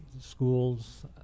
schools